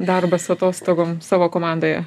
darbą su atostogom savo komandoje